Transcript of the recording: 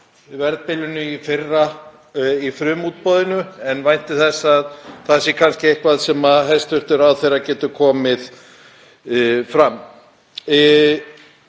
verðbilinu í frumútboðinu en vænti þess að það sé kannski eitthvað sem hæstv. ráðherra getur komið fram